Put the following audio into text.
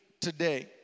today